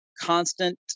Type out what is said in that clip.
constant